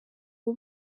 uwo